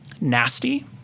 Nasty